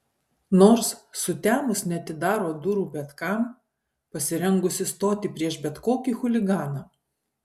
nors sutemus neatidaro durų bet kam pasirengusi stoti prieš bet kokį chuliganą